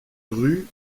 rue